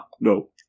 no